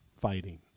fighting